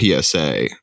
PSA